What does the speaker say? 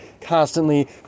constantly